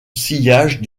sillage